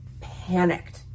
panicked